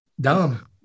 Dumb